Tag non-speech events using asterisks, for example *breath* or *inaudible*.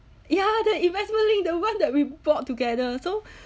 ya the investment link the [one] that we bought together so *breath*